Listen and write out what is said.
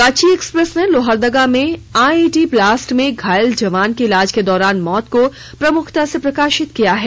Ranchi Express ने लोहरदगा में IED blast में घायल जवान की इलाज के दौरान मौत को प्रमुखता से प्रकाशित किया है